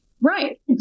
Right